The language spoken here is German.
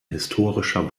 historischer